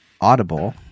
Audible